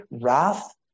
wrath